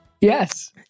Yes